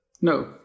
No